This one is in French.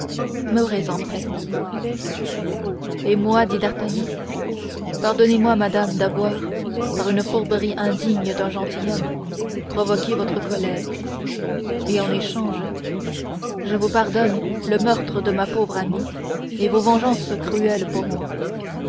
mourez en paix et moi dit d'artagnan pardonnez-moi madame d'avoir par une fourberie indigne d'un gentilhomme provoqué votre colère et en échange je vous pardonne le meurtre de ma pauvre amie et vos vengeances cruelles pour moi